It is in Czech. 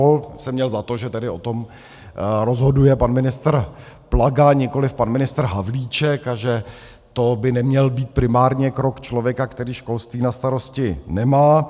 Já jsem měl za to, že tady o tom rozhoduje pan ministr Plaga, nikoliv pan ministr Havlíček, a že to by neměl být primárně krok člověka, který školství na starosti nemá.